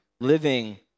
living